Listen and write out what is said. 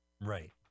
Right